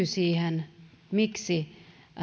siihen miksi